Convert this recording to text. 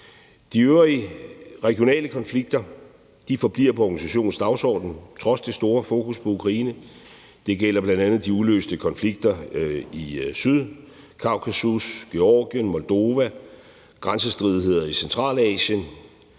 De øvrige regionale konflikter forbliver på organisationens dagsorden trods det store fokus på Ukraine. Det gælder bl.a. de uløste konflikter i Sydkaukasus, Georgien og Moldova og grænsestridigheder i Centralasien.